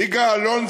יגאל אלון,